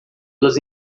las